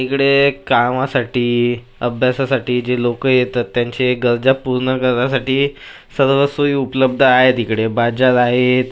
इकडे कामासाठी अभ्यासासाठी जे लोक येतात त्यांचे गरजा पूर्ण करण्यासाठी सर्व सोयी उपलब्ध आहेत इकडे बाजार आहेत